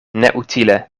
neutile